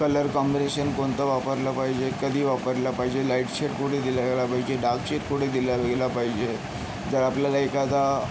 colour combination कोणतं वापरलं पाहिजे कधी वापरलं पाहिजे लाईट शेड कुठे दिल्या गेल्या पाहिजे डार्क शेड कुठे दिल्या गेल्या पाहिजे तर आपल्याला एखादा